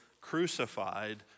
crucified